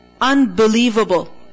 Unbelievable